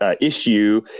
Issue